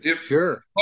Sure